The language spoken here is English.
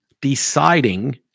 deciding